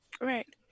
right